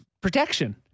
protection